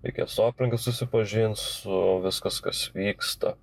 reikia su aplinka susipažint su viskas kas vyksta